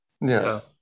Yes